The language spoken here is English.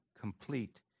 complete